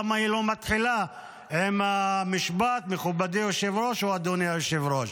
למה היא לא מתחילה עם המשפט "מכובדי היושב-ראש" או "אדוני היושב-ראש".